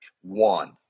one